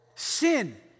Sin